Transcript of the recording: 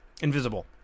Invisible